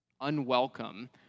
unwelcome